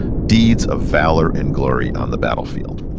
deeds of valor and glory on the battlefield.